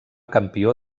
campió